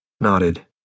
nodded